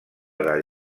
del